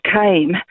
came